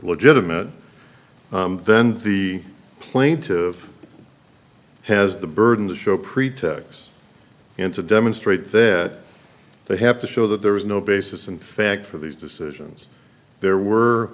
legitimate then the plaintive has the burden to show pretexts and to demonstrate that they have to show that there was no basis in fact for these decisions there were